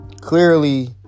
Clearly